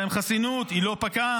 ויש להם חסינות היא לא פקעה.